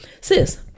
Sis